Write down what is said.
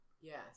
Yes